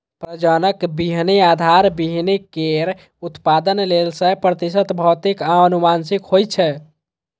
प्रजनक बीहनि आधार बीहनि केर उत्पादन लेल सय प्रतिशत भौतिक आ आनुवंशिक होइ छै